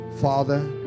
Father